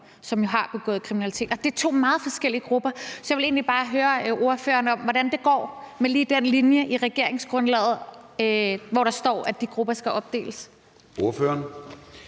som jo har begået kriminalitet, og det er to meget forskellige grupper. Så jeg vil egentlig bare høre ordføreren, hvordan det går med lige den linje i regeringsgrundlaget, hvor der står, at de grupper skal opdeles. Kl.